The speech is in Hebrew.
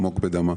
עמוק בדמה.